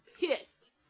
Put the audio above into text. pissed